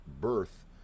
birth